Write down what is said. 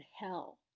Hell